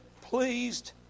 pleased